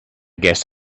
guess